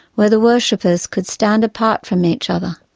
where the worshippers could stand apart from each other.